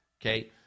Okay